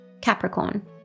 Capricorn